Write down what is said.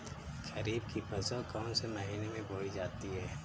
खरीफ की फसल कौन से महीने में बोई जाती है?